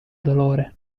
dolore